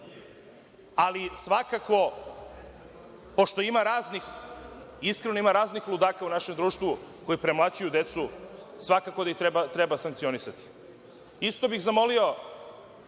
Ali, svakako, pošto ima raznih, iskreno, ima raznih ludaka u našem društvu koji premlaćuju decu, svakako da ih treba sankcionisati. Isto bih zamolio